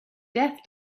death